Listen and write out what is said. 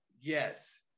yes